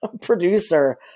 producer